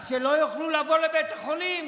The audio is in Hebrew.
אז שלא יוכלו לבוא לבית החולים?